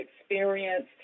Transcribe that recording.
experience